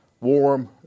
warm